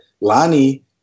Lonnie